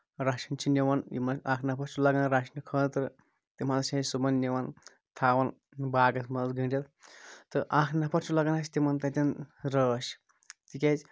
رَچھنہِ چھِ نِوان یِمن اکھ نَفر چھُ لگان رَچھنہٕ خٲطرٕ تِم حظ چھِ أسۍ صٮبُحن نِوان تھاوان باغس منٛز گنٛڈِتھ تہٕ اکھ نَفر چھُ لگان اَسہِ تِمن تَتٮ۪ن رٲچھ تِکیازِ